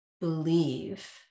believe